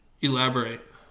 Elaborate